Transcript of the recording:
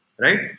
right